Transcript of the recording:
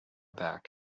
back